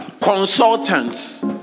Consultants